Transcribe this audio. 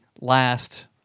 last